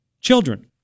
Children